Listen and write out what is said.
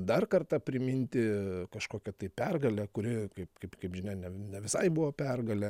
dar kartą priminti kažkokią tai pergalę kuri kaip kaip kaip žinia ne ne visai buvo pergalė